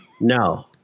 No